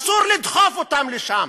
אסור לדחוף אותם לשם,